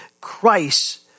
Christ